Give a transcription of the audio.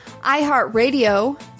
iHeartRadio